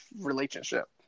relationship